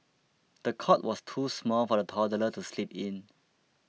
the cot was too small for the toddler to sleep in